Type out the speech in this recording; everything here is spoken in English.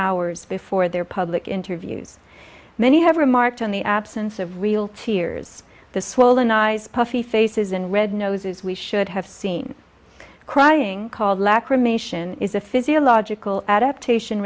hours before their public interviews many have remarked on the absence of real tears the swollen eyes puffy faces and red noses we should have seen crying called lakra mation is a physiological adaptation